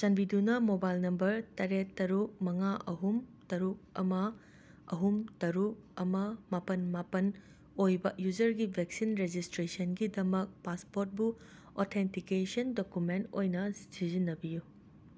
ꯆꯥꯟꯕꯤꯗꯨꯅ mobile number ꯇꯔꯦꯠ ꯇꯔꯨꯛ ꯃꯉꯥ ꯑꯍꯨꯝ ꯇꯔꯨꯛ ꯑꯃ ꯑꯍꯨꯝ ꯇꯔꯨꯛ ꯑꯃ ꯃꯥꯄꯟ ꯃꯥꯄꯟ ꯑꯣꯏꯕ ꯌꯨꯁꯔꯒꯤ ꯚꯦꯛꯁꯤꯟ ꯔꯦꯖꯤꯁꯇ꯭ꯔꯦꯁꯟꯒꯤꯗꯃꯛ ꯄꯥꯁꯄꯣꯔꯠꯕꯨ ꯑꯣꯊꯦꯟꯇꯤꯀꯦꯁꯟ ꯗꯣꯛꯀꯨꯃꯦꯟ ꯑꯣꯏꯅ ꯁꯤꯖꯤꯟꯅꯕꯤꯌꯨ